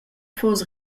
fuss